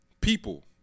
people